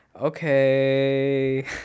okay